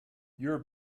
your